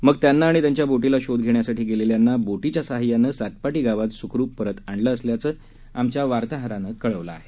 मग त्यांना आणि त्यांच्या बोटीला शोध घेण्यासाठी गेलेल्या बोटीच्या सहाय्यानं सातपाटी गावात सुखरूप परत आणलं असल्याचं आमच्या वार्ताहरानं कळवलं आहे